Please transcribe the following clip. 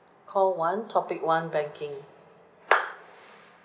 call one topic one banking